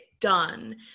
done